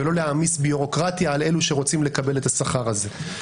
ולא להעמיס ביורוקרטיה על אלו שרוצים לקבל את השכר הזה.